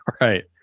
right